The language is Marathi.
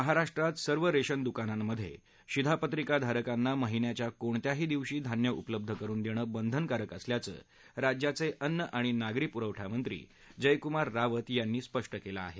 महाराष्ट्रात सर्व रेशन दुकानांमधे शिधापत्रिकाधारकांना महिन्याच्या कोणत्याही दिवशी धान्य उपलब्ध करुन देणं बंधनकारक असल्याचं राज्याचे अन्न आणि नागरी पुरवठामंत्री जयकुमार रावत यांनी स्पष्ट केलं आहे